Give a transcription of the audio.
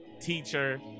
teacher